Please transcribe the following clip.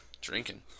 drinking